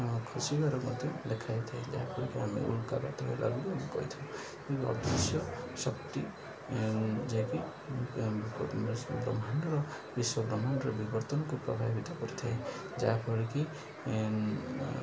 ଖସିବାର ମଧ୍ୟ ଦେଖାହେଇଥାଏ ଯାହାଫଳରେ କିି ଆମେ ଉଲ୍କା ହେଲା ବୋଲି କହିଥାଉ ଅଦୃଶ୍ୟ ଶକ୍ତି ଯାଇକି ବ୍ରହ୍ମାଣ୍ଡର ବିଶ୍ୱ ବ୍ରହ୍ମାଣ୍ଡର ବିିବର୍ତ୍ତନକୁ ପ୍ରଭାବିତ କରିଥାଏ ଯାହାଫଳରେ କିି